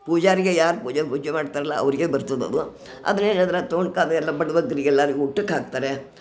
ಪೂಜಾರಿಗೆ ಯಾರು ಪೂಜೆ ಪೂಜೆ ಮಾಡ್ತಾರಲ್ಲ ಅವರಿಗೆ ಬರ್ತದದು ಆದರೆ ಬಡ ಬಗ್ಗರಿಗೆಲ್ಲಾರಿಗೂ ಊಟಕ್ಕೆ ಹಾಕ್ತಾರೆ